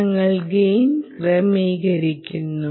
ഞങ്ങൾ ഗെയിൻ ക്രമീകരിക്കുന്നു